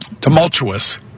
Tumultuous